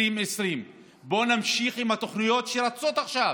בואו נמשיך עם התוכניות שרצות עכשיו.